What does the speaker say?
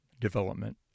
development